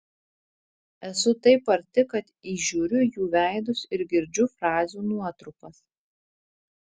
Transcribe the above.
esu taip arti kad įžiūriu jų veidus ir girdžiu frazių nuotrupas